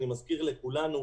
אני מזכיר לכולנו,